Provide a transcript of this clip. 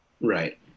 right